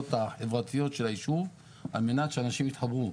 החברתיות של היישוב על מנת שאנשים יתחברו,